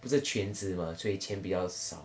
不是全职嘛所以钱比较少